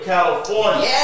California